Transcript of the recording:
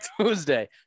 Tuesday